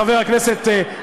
חבר הכנסת אגבאריה,